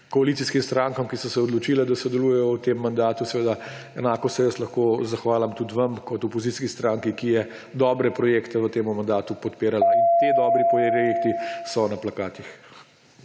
koalicijskim strankam, ki so se odločile, da sodelujejo v tem mandatu. Enako se jaz lahko zahvalim tudi vam kot opozicijski stranki, ki je dobre projekte v tem mandatu podpirala. In ti dobri projekti so na plakatih.